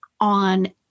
on